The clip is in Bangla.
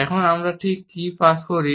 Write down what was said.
এখন আমরা ঠিক কী পাস করি